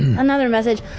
another message.